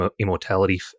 Immortality